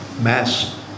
mass